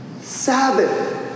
Sabbath